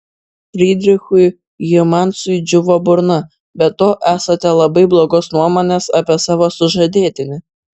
frydrichui hymansui džiūvo burna be to esate labai blogos nuomonės apie savo sužadėtinį